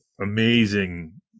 amazing